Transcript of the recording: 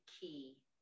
key